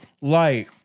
light